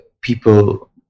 people